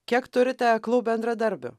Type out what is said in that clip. kiek turite aklų bendradarbių